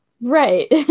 Right